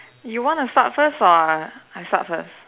you wanna start first or I start first